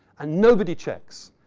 and nobody checks.